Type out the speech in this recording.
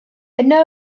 yno